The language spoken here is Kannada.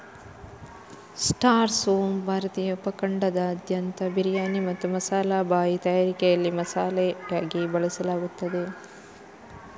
ಸ್ಟಾರ್ ಸೋಂಪು ಭಾರತೀಯ ಉಪ ಖಂಡದಾದ್ಯಂತ ಬಿರಿಯಾನಿ ಮತ್ತು ಮಸಾಲಾ ಚಾಯ್ ತಯಾರಿಕೆಯಲ್ಲಿ ಮಸಾಲೆಯಾಗಿ ಬಳಸಲಾಗುತ್ತದೆ